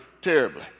terribly